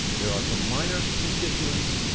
there are some minor constituents,